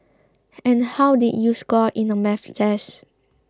and how did you score in the Maths test